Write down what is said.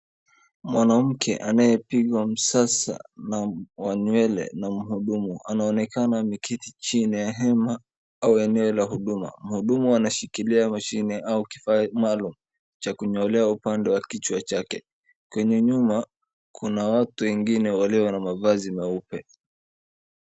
Mwanamke anayepigwa msasa na wa nywele na mhudumu. Anaonekana ameketi chini ya hema au eneo la huduma. Mhudumu anashikilia mashine au kifaa maalum cha kunyolea upande wa kichwa chake. Kwenye nyuma kuna watu wengine walio na mavazi meupe.